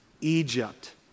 Egypt